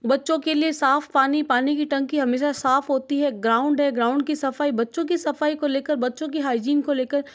बच्चों के लिये साफ पानी पानी की टंकी हमेशा साफ़ होती है ग्राउन्ड है ग्राउन्ड की सफ़ाई बच्चों की सफ़ाई को लेकर बच्चों की हाइजिन को लेकर